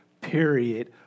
period